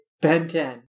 Benten